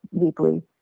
deeply